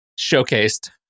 showcased